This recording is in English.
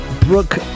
Brooke